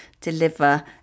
deliver